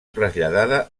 traslladada